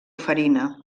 farina